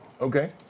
Okay